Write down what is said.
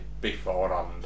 beforehand